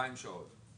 2,000 שעות.